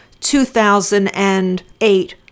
2008